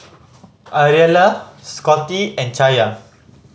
Ariella Scottie and Chaya